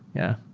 yeah.